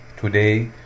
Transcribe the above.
today